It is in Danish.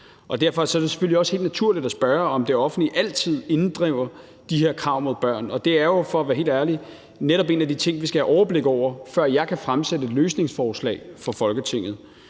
Derfor er det selvfølgelig også helt naturligt at spørge, om det offentlige altid inddriver de her krav mod børn, og det er jo – for at være helt ærlig – netop en af de ting, vi skal have overblik over, før jeg kan fremsætte et løsningsforslag for Folketinget.